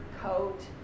coat